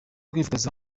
kwifotoza